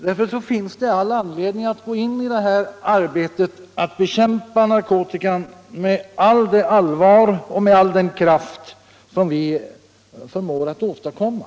Därför finns det all anledning att gå in i detta arbete — att bekämpa narkotikan — med allt det allvar och all den kraft som vi förmår åstadkomma.